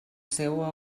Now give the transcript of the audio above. seua